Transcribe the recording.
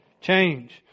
change